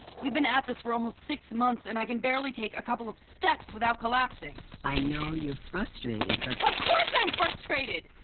we've been at this for almost six months and i can barely take a couple of steps without collapsing. i know you're frustrated, but of course i'm frustrated!